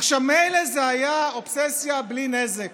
עכשיו, מילא זה היה אובססיה בלי נזק,